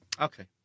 okay